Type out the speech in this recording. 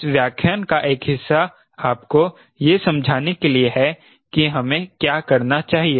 इस व्याख्यान का एक हिस्सा आपको यह समझाने के लिए है कि हमें क्या करना चाहिए